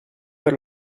per